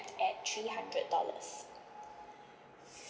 capped at three hundred dollars